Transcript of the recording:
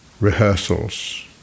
rehearsals